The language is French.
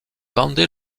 vendaient